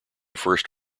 first